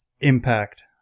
impact